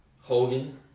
Hogan